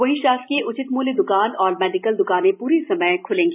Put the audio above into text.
वहीं शासकीय उचित मूल्य द्रकान और मेडिकल द्रकानें प्रे समय ख्लेंगी